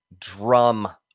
drum